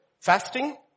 fasting